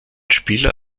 spieler